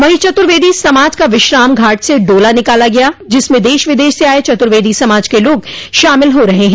वहीं चतुर्वेदी समाज का विश्राम घाट से डोला निकाला गया जिसमें देश विदेश से आये चतुर्वेदी समाज के लोग शामिल हो रहे हैं